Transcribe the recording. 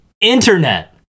internet